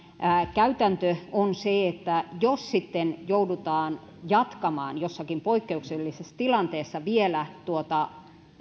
käytäntö on se että jos sitten joudutaan jatkamaan jossakin poikkeuksellisessa tilanteessa vielä tuota